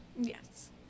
Yes